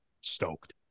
stoked